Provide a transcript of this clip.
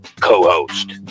Co-host